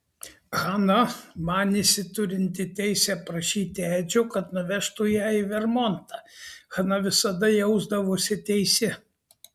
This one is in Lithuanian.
hana manėsi turinti teisę prašyti edžio kad nuvežtų ją į vermontą hana visada jausdavosi teisi